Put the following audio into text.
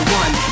one